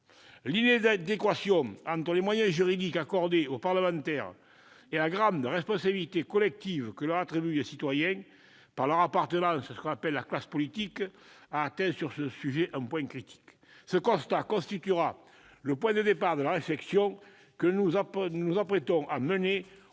L'inadéquation entre les moyens juridiques accordés aux parlementaires et la grande responsabilité collective que leur attribuent les citoyens, par leur appartenance à ce qu'on appelle la « classe politique », a atteint sur ce sujet un point critique. Ce constat constituera le point de départ de la réflexion que le groupe du